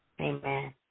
Amen